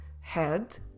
Head